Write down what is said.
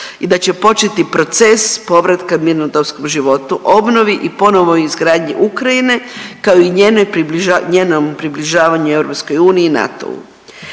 i da će početi proces povratka mirnodopskom životu, obnovi i ponovnoj izgradnji Ukrajine, kao i njenoj približa…, njenom